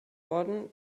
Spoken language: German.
worden